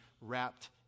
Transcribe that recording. wrapped